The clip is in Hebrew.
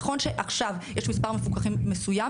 נכון שעכשיו יש מספר מפוקחים מסוים.